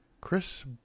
Chris